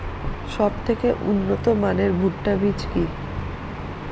সবথেকে উন্নত মানের ভুট্টা বীজ কি?